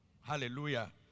Hallelujah